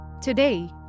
Today